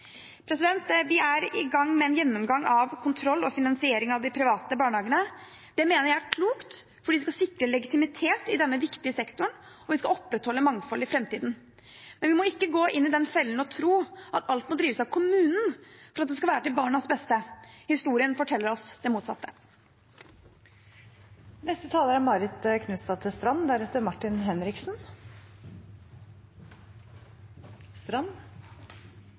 Vi er i gang med en gjennomgang av kontroll og finansiering av de private barnehagene. Det mener jeg er klokt, for vi skal sikre legitimitet i denne viktige sektoren, og vi skal opprettholde mangfoldet i framtiden. Men vi må ikke gå i den fellen å tro at alt må drives av kommunen for at det skal være til barnas beste. Historien forteller oss det motsatte. Jeg tenker vi er